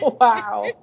Wow